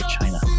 China